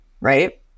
Right